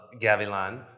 Gavilan